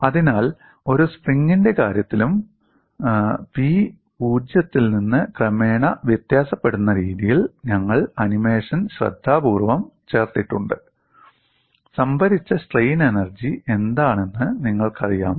അതിനാൽ ഒരു സ്പ്രിംഗിന്റെ കാര്യത്തിലും പി 0 ൽ നിന്ന് ക്രമേണ വ്യത്യാസപ്പെടുന്ന രീതിയിൽ ഞങ്ങൾ ആനിമേഷൻ ശ്രദ്ധാപൂർവ്വം ചേർത്തിട്ടുണ്ട് സംഭരിച്ച സ്ട്രെയിൻ എനർജി എന്താണെന്ന് നിങ്ങൾക്കറിയാമോ